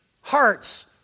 hearts